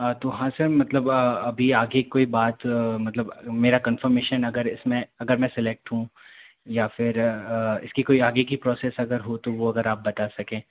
हाँ तो हाँ सर मतलब अभी आगे कोई बात मतलब मेरा कंफ़र्मेशन अगर इसमें अगर मैं सिलेक्ट हूँ या फिर इसकी कोई आगे की प्रोसेस अगर हो तो वो अगर आप बता सकें